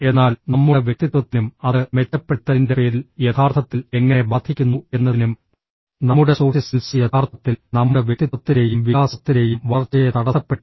എന്നാൽ നമ്മുടെ വ്യക്തിത്വത്തിനും അത് മെച്ചപ്പെടുത്തലിന്റെ പേരിൽ യഥാർത്ഥത്തിൽ എങ്ങനെ ബാധിക്കുന്നു എന്നതിനും നമ്മുടെ സോഫ്റ്റ് സ്കിൽസ് യഥാർത്ഥത്തിൽ നമ്മുടെ വ്യക്തിത്വത്തിൻറെയും വികാസത്തിൻറെയും വളർച്ചയെ തടസ്സപ്പെടുത്താൻ ശ്രമിക്കുന്നു